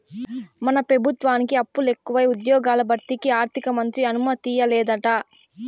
మన పెబుత్వానికి అప్పులెకువై ఉజ్జ్యోగాల భర్తీకి ఆర్థికమంత్రి అనుమతియ్యలేదంట